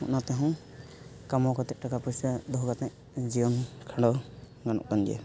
ᱚᱱᱟ ᱛᱮᱦᱚᱸ ᱠᱟᱢᱟᱣ ᱠᱟᱛᱮᱫ ᱴᱟᱠᱟ ᱯᱚᱭᱥᱟ ᱫᱚᱦᱚ ᱠᱟᱛᱮᱫ ᱡᱤᱭᱚᱱ ᱠᱷᱟᱸᱰᱟᱣ ᱜᱟᱱᱚᱜ ᱠᱟᱱᱜᱮᱭᱟ